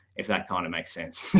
if that kind of makes sense.